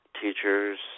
teachers